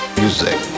music